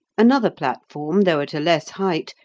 another platform, though at a less height,